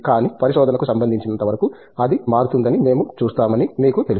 కానీ పరిశోధనకు సంబంధించినంతవరకు అది మారుతుందని మేము చూస్తామని మీకు తెలుసు